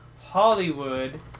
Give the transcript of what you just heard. Hollywood